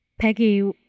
Peggy